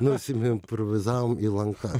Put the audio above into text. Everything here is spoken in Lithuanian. nusiimprovizavom į lankas